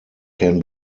can